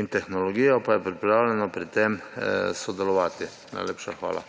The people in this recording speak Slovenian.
in tehnologijo pa je pripravljeno pri tem sodelovati. Najlepša hvala.